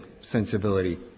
sensibility